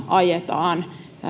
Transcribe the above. ajetaan